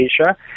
Asia